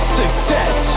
success